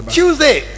tuesday